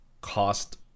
cost